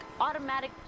automatic